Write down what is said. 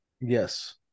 yes